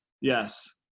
yes